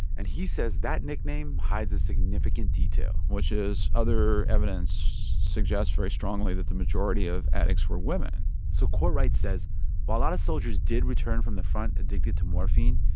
and he says that nickname hides a significant detail which is other evidence suggests very strongly that the majority of addicts were women so courtwright says while a lot of soldiers did return from the front addicted to morphine,